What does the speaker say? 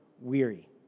weary